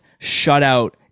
shutout